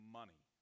money